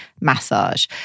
Massage